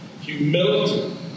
humility